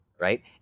right